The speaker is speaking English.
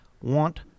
want